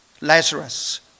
Lazarus